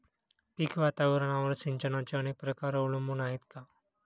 पीक वातावरणावर सिंचनाचे अनेक प्रकार अवलंबून आहेत का?